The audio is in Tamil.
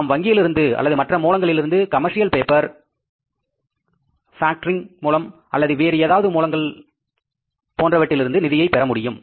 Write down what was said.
நாம் வங்கிகளிலிருந்து அல்லது மற்ற மூலங்களிலிருந்து கமர்சியல் பேப்பர் மூலம் பாக்டரிங் மூலம் அல்லது வேறு ஏதாவது மூலங்களில் இருந்து நிதியை பெற முடியும்